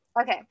Okay